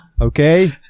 Okay